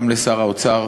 גם לשר האוצר